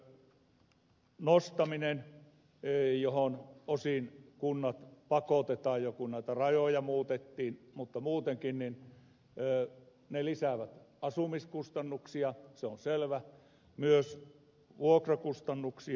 kiinteistöprosenttirajojen nostaminen johon osin kunnat pakotettiin jo kun näitä rajoja muutettiin mutta muutenkin lisää asumiskustannuksia se on selvä ja myös vuokrakustannuksia